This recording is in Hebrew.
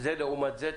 זה לעומת זה.